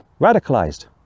radicalized